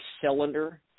cylinder